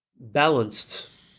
balanced